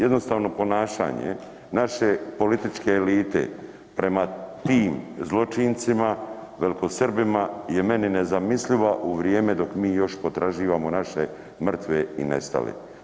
Jednostavno ponašanje naše političke elite prema tim zločincima, velikosrbima je meni nezamisliva u vrijeme dok mi još potraživamo naše mrtve i nestale.